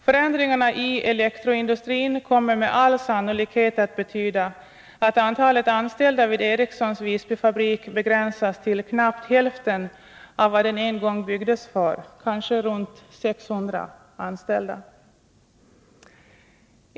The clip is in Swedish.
Förändringarna i elektroindustrin kommer med all sannolikhet att betyda att antalet anställda vid Ericssons Visbyfabrik begränsas till knappt hälften av vad den en gång byggdes för — kanske runt 600 anställda.